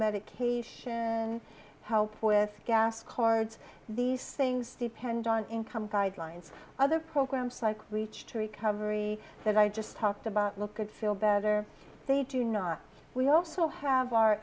medication help with gas cards these things depend on income guidelines other programs like which to recovery that i just talked about look good feel better they do not we also have our